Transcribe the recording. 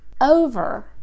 over